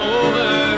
over